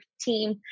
team